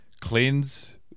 cleanse